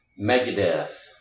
Megadeth